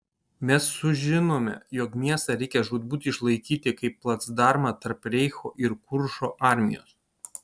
mes sužinome jog miestą reikia žūtbūt išlaikyti kaip placdarmą tarp reicho ir kuršo armijos